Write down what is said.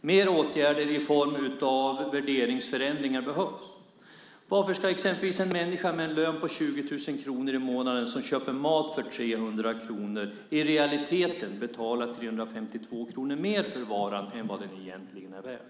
Mer åtgärder i form av värderingsförändringar behövs. Varför ska exempelvis en människa med en lön på 20 000 kronor i månaden som köper mat för 300 kronor i realiteten betala 352 kronor mer för varan än den egentligen är värd?